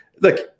Look